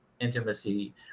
intimacy